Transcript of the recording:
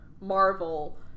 Marvel